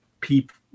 people